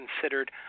considered